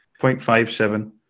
0.57